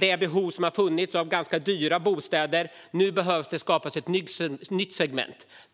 det behov som har funnits av ganska dyra bostäder. Nu behöver det skapas ett nytt segment.